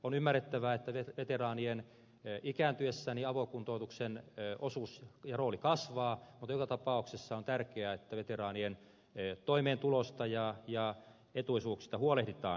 on ymmärrettävää että veteraanien ikääntyessä avokuntoutuksen osuus ja rooli kasvaa mutta joka tapauksessa on tärkeää että veteraanien toimeentulosta ja etuisuuksista huolehditaan